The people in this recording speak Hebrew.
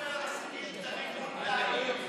הוא לא מדבר על עסקים קטנים מול תאגיד,